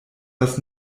das